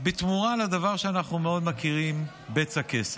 בתמורה לדבר שאנחנו מאוד מכירים, בצע כסף.